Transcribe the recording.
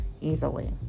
easily